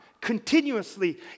continuously